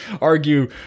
argue